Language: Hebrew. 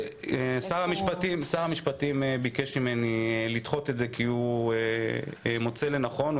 שר המשפטים ביקש ממני לדחות את זה כי הוא מוצא לנכון...